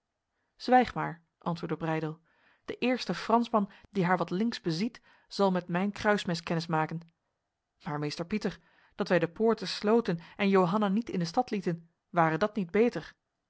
zwijg maar antwoordde breydel de eerste fransman die haar wat links beziet zal met mijn kruismes kennis maken maar meester pieter dat wij de poorten sloten en johanna niet in de stad lieten ware dat niet beter